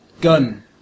gun